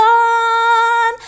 on